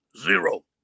Zero